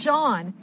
John